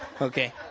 okay